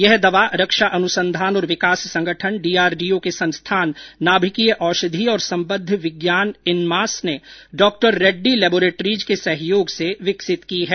यह दवा रक्षा अनुसंधान औश्र विकास संगठन डीआरडीओ के संस्थान नामकीय औषधि और संबद्ध विज्ञान इनमास ने डॉक्टर रेड्डी लेबोरेट्रीज के सहयोग से विकसित की है